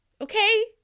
Okay